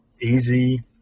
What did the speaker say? easy